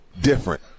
different